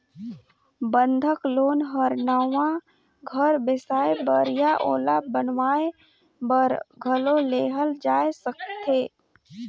बंधक लोन हर नवा घर बेसाए बर या ओला बनावाये बर घलो लेहल जाय सकथे